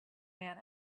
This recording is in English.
man